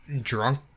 drunk